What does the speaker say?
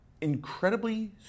incredibly